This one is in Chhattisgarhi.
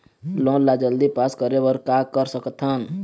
लोन ला जल्दी पास करे बर का कर सकथन?